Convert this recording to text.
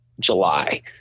july